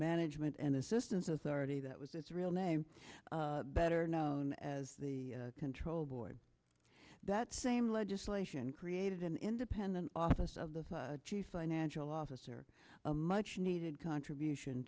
management and assistance as already that was its real name better known as the control board that same legislation created an independent office of the chief financial officer a much needed contribution